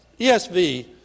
ESV